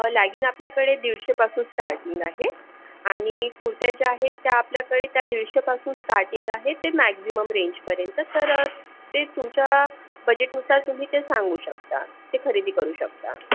legging आपल्याकडे दीडशेपासून starting आहे आणि कुर्त्या ज्या आहेत त्या आपल्याकडे त्या दीडशेपासून स्टार्टिंग आहे ते मॅक्सिमम रेंजपर्यंत तर ते तुमच्या बजेटनुसार तुम्ही ते सांगू शकता ते खरेदी करू शकता